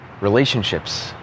relationships